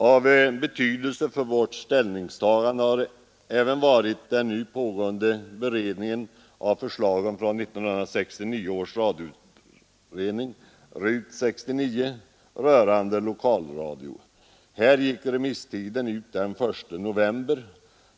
Av betydelse för vårt ställningstagande har också varit den nu pågående beredningen av förslaget från 1969 års radioutredning — RUT 69 — rörande lokalradio. Här gick remisstiden ut den 1 november.